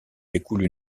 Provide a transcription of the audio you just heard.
découle